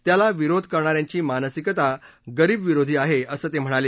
त्याला विरोध करणा यांची मानसिकता गरीबविरोधी आहे असं ते म्हणाले